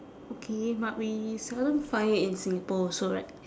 okay but we seldom find it in singapore also right